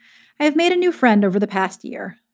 i have made a new friend over the past year.